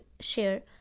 share